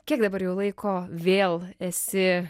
kiek dabar jau laiko vėl esi